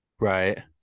Right